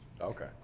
Okay